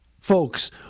folks